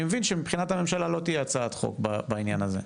אני מבין שמבחינת הממשלה לא תהיה הצעת חוק בעניין הזה.